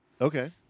Okay